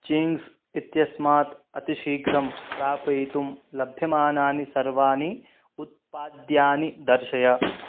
Ching's इत्यस्मात् अतिशीघ्रं प्रापयितुं लभ्यमानानि सर्वाणि उत्पाद्यानि दर्शय